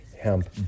Hemp